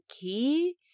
key